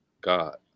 God